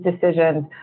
decisions